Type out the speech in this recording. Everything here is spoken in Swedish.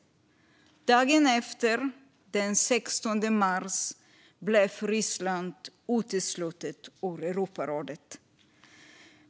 Dagen efter, den 16 mars, blev Ryssland uteslutet ur Europarådet.